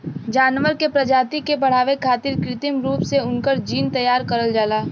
जानवर के प्रजाति के बढ़ावे खारित कृत्रिम रूप से उनकर जीन तैयार करल जाला